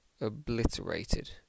obliterated